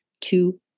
two